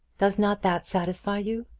does not that satisfy you?